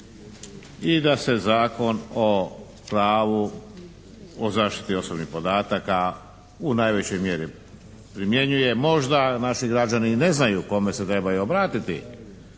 i da se Zakon o pravu o zaštiti osobnih podataka u najvećoj mjeri primjenjuje. Možda naši građani ni ne znaju kome se trebaju obratiti